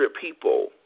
people